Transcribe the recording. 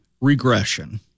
regression